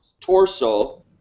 torso